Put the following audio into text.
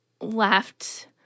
left